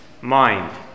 mind